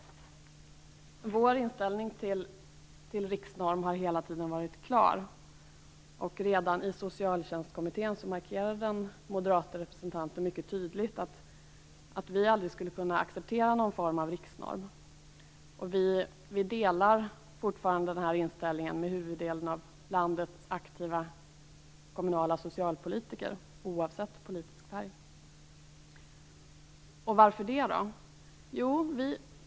Vår inställning till riksnorm har hela tiden varit klar. Redan i socialtjänstkommittén markerade den moderata representanten mycket tydligt att vi aldrig skulle kunna acceptera någon form av riksnorm. Vi delar fortfarande den här inställningen med huvuddelen av landets aktiva kommunala socialpolitiker oavsett politisk färg. Och varför gör vi det?